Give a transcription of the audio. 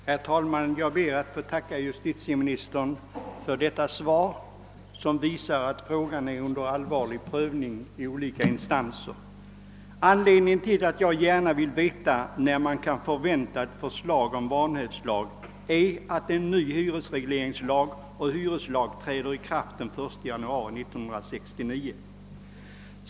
Herr talman! Jag ber att få tacka justitieministern för detta svar, som visar att frågan är under allvarlig prövning i olika instanser. Anledningen till att jag gärna vill veta när man kan förvänta ett förslag om vanhävdslag är att en ny hyresregleringslag och hyreslag trädde i kraft den 1 januari 1969.